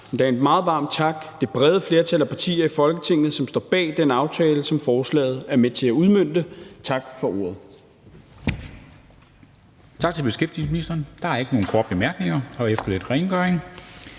en meget varm tak – det brede flertal af partier i Folketinget, som står bag den aftale, som forslaget er med til at udmønte. Tak for ordet.